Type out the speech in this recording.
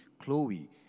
Chloe